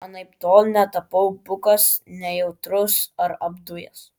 anaiptol netapau bukas nejautrus ar apdujęs